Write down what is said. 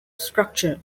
structure